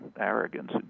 arrogance